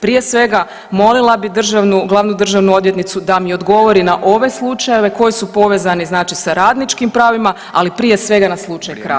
Prije svega, molila bi državnu, glavnu državnu odvjetnicu da mi odgovori na ove slučajeve koji su povezani znači sa radničkim pravima, ali prije svega na slučaj Kraš.